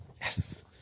yes